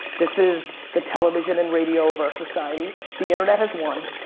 this is the television and radio of our society. the internet has won.